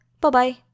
bye-bye